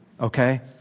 okay